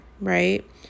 right